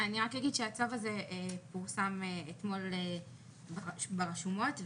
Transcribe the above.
הצו הזה פורסם אתמול ברשומות,